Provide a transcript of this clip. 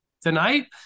tonight